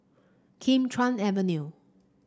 Kim Chuan Avenue